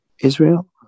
Israel